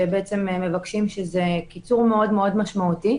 זה קיצור מאוד מאוד משמעותי.